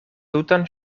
tutan